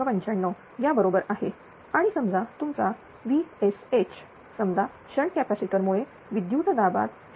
95 या बरोबर आहे आणि समजा तुमचा Vsh समजा शंट कॅपॅसिटर मुळे विद्युत दाबात 0